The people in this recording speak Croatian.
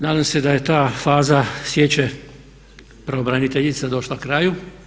Nadam se da je ta faza sječe pravobraniteljica došla kraju.